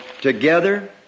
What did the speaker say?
together